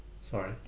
sorry